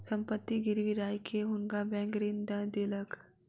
संपत्ति गिरवी राइख के हुनका बैंक ऋण दय देलक